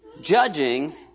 Judging